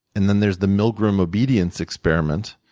and then there's the milgram obedience experiment,